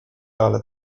ale